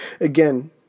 Again